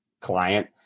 client